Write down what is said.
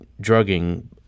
drugging